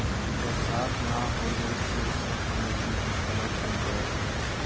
बरसात ना होले से सब नदी पोखरा सूख गयल हौ